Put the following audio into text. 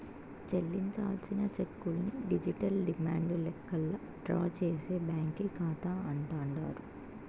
చెల్లించాల్సిన చెక్కుల్ని digital demand లెక్కల్లా డ్రా చేసే బ్యాంకీ కాతా అంటాండారు